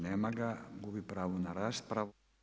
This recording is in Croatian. Nema ga, gubi pravo na raspravu.